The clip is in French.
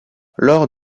lors